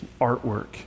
artwork